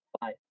Bye